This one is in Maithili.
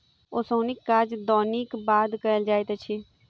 ओसौनीक काज दौनीक बाद कयल जाइत अछि